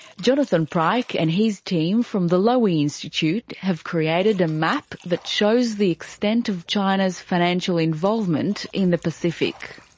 jonathan pryke and his team from the lowy institute have created a map that shows the extent of china's financial involvement in the pacific.